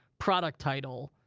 product title,